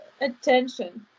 attention